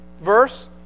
verse